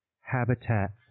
habitat